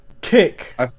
Kick